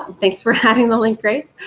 thanks for having the link, grace.